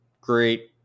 great